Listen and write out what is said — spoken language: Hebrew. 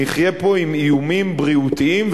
נחיה עם איומים בריאותיים,